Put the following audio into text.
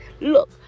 Look